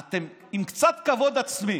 אתם, עם קצת כבוד עצמי,